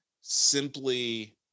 simply